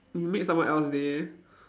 when you make someone else day